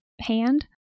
hand